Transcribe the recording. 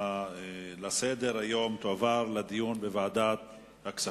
לסדר-היום תועברנה לדיון בוועדת הכספים.